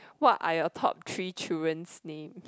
what are your top three children's names